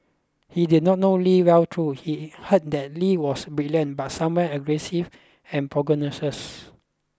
he did not know Lee well though he heard that Lee was brilliant but somewhere aggressive and pugnacious